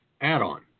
add-on